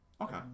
Okay